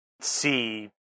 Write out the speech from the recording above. see